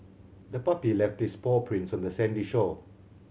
the puppy left its paw prints on the sandy shore